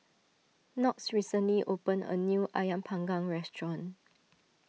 Knox recently opened a new Ayam Panggang restaurant